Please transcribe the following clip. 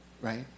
right